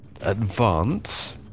advance